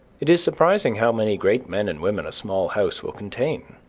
it is surprising how many great men and women a small house will contain.